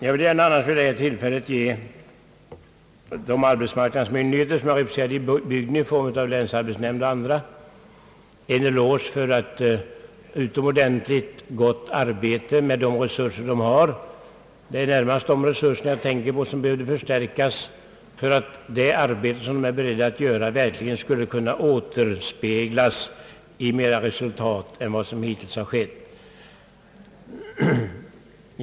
Jag vill gärna vid det här tillfället ge arhetsmarknadsmyndigheterna i bygden, dvs. länsarbetsnämnden och andra, en eloge för ett utomordentligt gott arbete med de resurser de har och som jag anser borde förstärkas för att det arbete som myndigheterna är beredda att göra verkligen skall återspeglas i bättre resultat än hittills.